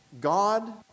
God